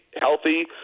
healthy